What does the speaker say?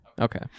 Okay